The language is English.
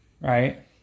right